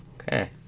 okay